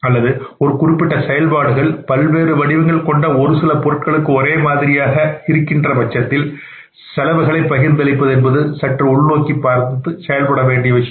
அல்லது ஒரு குறிப்பிட்ட செயல்பாடுகள் பல்வேறு வடிவங்கள் கொண்ட ஒரு சில பொருட்களுக்கு ஒரேமாதிரியாக என்று இருக்கின்ற பட்சத்தில் செலவுகள் பகிர்ந்தளிக்கப்பட்டது சற்று உள் நோக்கிப் பார்த்து செய்யப்பட வேண்டிய விஷயம்